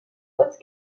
haute